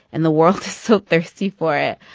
and the world is so thirsty for it.